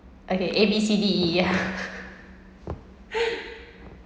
okay A B C D E